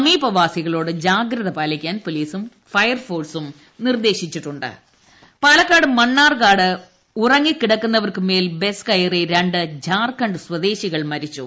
സമീപവാസികളോട് ജാഗ്രത പാലിയ്ക്കാൻ പോലീസും ഫയർഫോഴ്സും നിർദ്ദേശിച്ചിട്ടുണ്ട് ട്ടടടടടടടടടടടടടട പാലക്കാട് പാലക്കാട് മണ്ണാർക്കാട് ഉറങ്ങിക്കിടക്കുന്നവർക്കു മേൽ ബസ്സ് കയറി രണ്ടു ജാർഖണ്ഡ് സ്വദേശികൾ മരിച്ചു